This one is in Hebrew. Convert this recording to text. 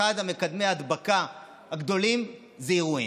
אחד ממקדמי ההדבקה הגדולים הוא אירועים,